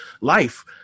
life